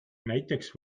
näiteks